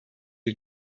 you